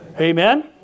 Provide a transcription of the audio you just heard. Amen